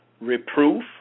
reproof